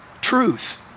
truth